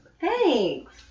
Thanks